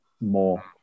more